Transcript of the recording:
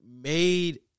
made